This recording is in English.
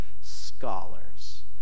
scholars